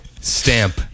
Stamp